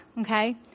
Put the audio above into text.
okay